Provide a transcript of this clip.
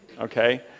okay